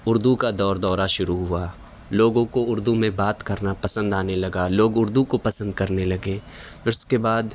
اردو کا دور دورہ شروع ہوا لوگوں کو اردو میں بات کرنا پسند آنے لگا لوگ اردو کو پسند کرنے لگے پھر اس کے بعد